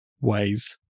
ways